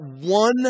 one